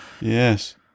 Yes